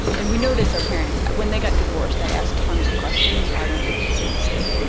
and we noticed our parents when they got divorced, i asked tons of questions, so i won't make the same mistake, you know